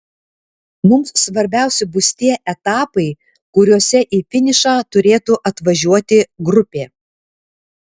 mums svarbiausi bus tie etapai kuriuose į finišą turėtų atvažiuoti grupė